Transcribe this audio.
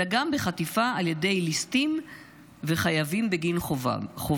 אלא גם חטיפה על ידי ליסטים וחייבים בגין חובם.